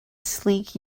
sleek